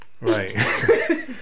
Right